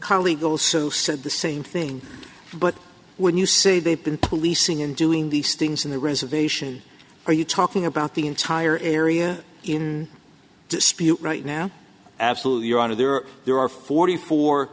colleague also said the same thing but when you say they've been policing and doing these things on the reservation are you talking about the entire area in dispute right now absolutely you're out of there there are forty